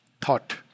thought